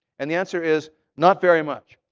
and the answer is not very much.